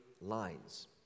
lines